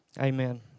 amen